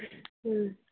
हूँ